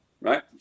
Right